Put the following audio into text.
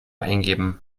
eingeben